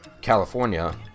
California